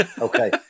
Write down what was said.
Okay